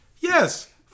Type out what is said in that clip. Yes